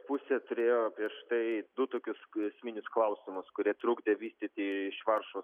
pusė turėjo prieš štai du tokius esminius klausimus kurie trukdė vystyti iš varšuvos